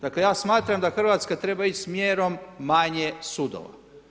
Dakle ja smatram da Hrvatska treba ići s mjerom manje sudova.